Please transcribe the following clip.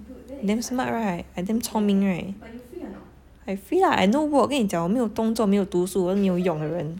damn smart right I damn 聪明 right I free lah I no work 我跟你讲没有工作没有读书我是没有用的人